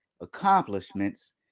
accomplishments